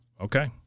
Okay